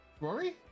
Rory